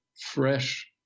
fresh